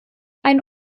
ein